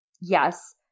Yes